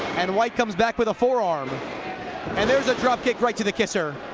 and whyt comes back with a forearm and there's a dropkick right to the kisser